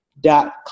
dot